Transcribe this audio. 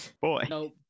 Boy